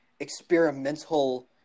experimental